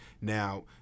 Now